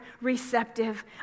receptive